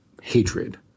hatred